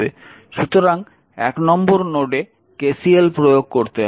সুতরাং 1 নম্বর নোডে KCL প্রয়োগ করতে হবে